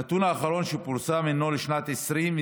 הנתון האחרון שפורסם הינו לשנת 2020,